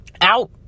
out